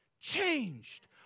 changed